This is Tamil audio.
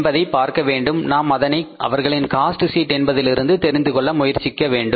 என்பதை பார்க்க வேண்டும் நாம் அதனை அவர்களின் காஸ்ட் ஷீட் என்பதிலிருந்து தெரிந்து கொள்ள முயற்சிக்க வேண்டும்